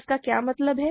इसका क्या मतलब है